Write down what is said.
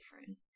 different